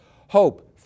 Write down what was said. hope